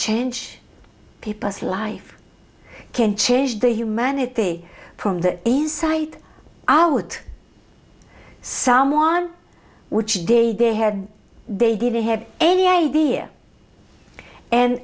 change people's life can change the humanity from the inside out some on which day they had they didn't have any idea and